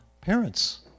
parents